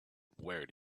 where